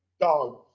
Dog